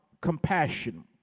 compassion